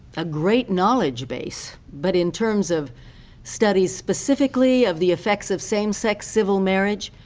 a great knowledge base, but in terms of studies specifically of the effects of same-sex civil marriage,